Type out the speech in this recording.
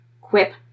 quip